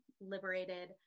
liberated